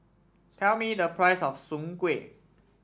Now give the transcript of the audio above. tell me the price of Soon Kuih